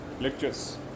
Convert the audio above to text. lectures